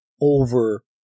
over